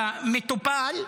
למטופל,